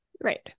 Right